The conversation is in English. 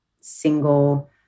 single